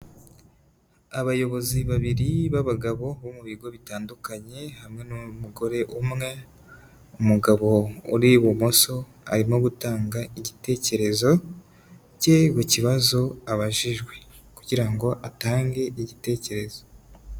Abayobozi babiri b'abagabo bo mu bigo bitandukanye, hamwe n'umugore umwe, umugabo uri ibumoso arimo gutanga igitekerezo cye ku kibazo abajijwe kugira ngo atange igitekerezo.